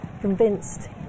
convinced